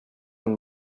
nun